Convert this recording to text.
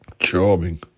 Charming